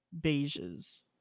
beiges